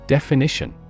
Definition